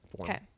okay